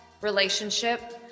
relationship